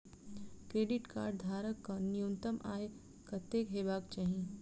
Credit card धारक कऽ न्यूनतम आय कत्तेक हेबाक चाहि?